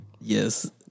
Yes